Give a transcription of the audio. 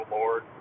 Lord